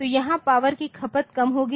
तो यहाँ पावर की खपत कम होगी